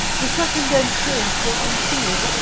the second and fourth were unsealed.